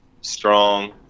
strong